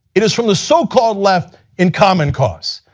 it is from the so-called left in common cause.